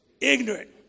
Ignorant